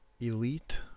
elite